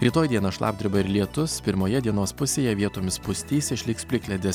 rytoj dieną šlapdriba ir lietus pirmoje dienos pusėje vietomis pustys išliks plikledis